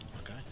Okay